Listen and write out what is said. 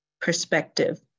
perspective